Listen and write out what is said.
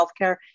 healthcare